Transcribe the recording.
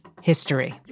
history